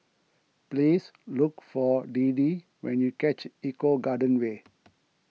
please look for Deedee when you reach Eco Garden Way